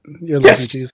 Yes